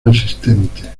asistente